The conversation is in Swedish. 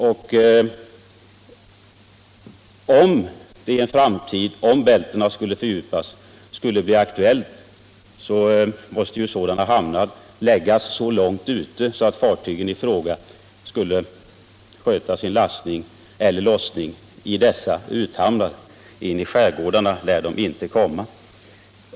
Och om det skulle bli aktuellt att fördjupa Bälten måste sådana hamnar läggas långt ute och fartygen i fråga sköta sin lastning och lossning i dessa uthamnar. In i skärgården lär de inte komma.